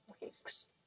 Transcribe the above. weeks